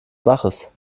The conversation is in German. baches